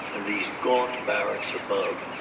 and these gaunt barracks above.